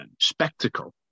spectacle